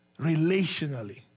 relationally